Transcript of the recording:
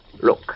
Look